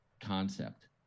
concept